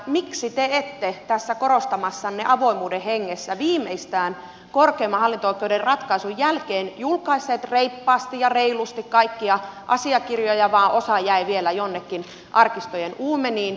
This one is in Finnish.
miksi te ette tässä korostamassanne avoimuuden hengessä viimeistään korkeimman hallinto oikeuden ratkaisun jälkeen julkaisseet reippaasti ja reilusti kaikkia asiakirjoja vaan osa jäi vielä jonnekin arkistojen uumeniin